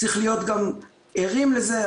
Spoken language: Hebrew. צריך להיות גם ערים לזה.